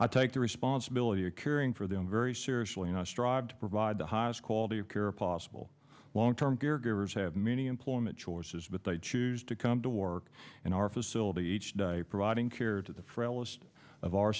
i take the responsibility of caring for them very seriously and i strive to provide the highest quality of care possible long term caregivers have many employment choices but they choose to come to work in our facility each day providing care to the